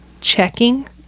Checking